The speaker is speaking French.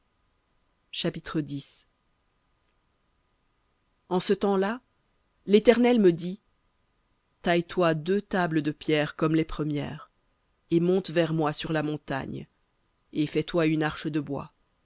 chapitre en ce temps-là l'éternel me dit taille toi deux tables de pierre comme les premières et monte vers moi sur la montagne et fais-toi une arche de bois